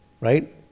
right